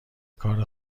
کاری